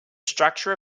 structure